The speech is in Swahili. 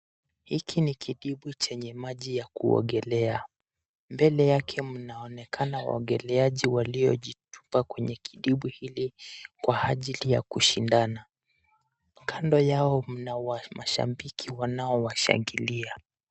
Hiki ni kidimbwi chenye maji ya kuogelea. Mbele yake mnaonekana waogeleaji waliojitupa kwenye kidimbwi hili, kwa ajili ya kushindana. Kando yao mna mashabiki wanao washangilia.